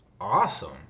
awesome